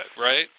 right